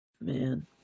man